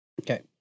Okay